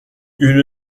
une